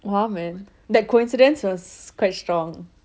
!wow! man that coincidence was quite strong